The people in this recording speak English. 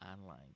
online